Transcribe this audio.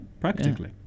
practically